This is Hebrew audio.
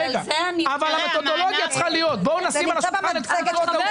אבל המתודולוגיה צריכה להיות שבואו נשים על השולחן את כל ה-...